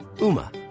UMA